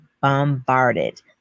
bombarded